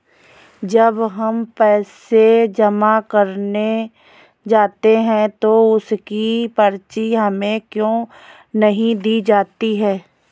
जब हम पैसे जमा करने जाते हैं तो उसकी पर्ची हमें क्यो नहीं दी जाती है?